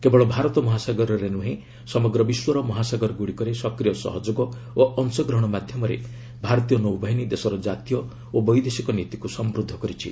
କେବଳ ଭାରତ ମହାସାଗରରେ ନୃହେଁ ସମଗ୍ର ବିଶ୍ୱର ମହାସାଗରଗ୍ରଡ଼ିକରେ ସକ୍ରିୟ ସହଯୋଗ ଓ ଅଂଶଗ୍ରହଣ ମାଧ୍ୟମରେ ଭାରତୀୟ ନୌବାହିନୀ ଦେଶର ଜାତୀୟ ଓ ବୈଦେଶିକ ନୀତିକୁ ସମୃଦ୍ଧ କରିଛି